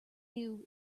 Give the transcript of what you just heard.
new